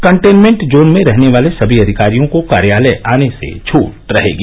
containment zone में रहने वाले सभी अधिकारियों को कार्यालय आने से छूट रहेगी